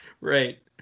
Right